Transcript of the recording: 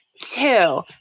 Two